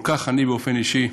כל כך אני, באופן אישי,